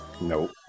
Nope